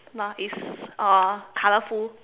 no it's uh colourful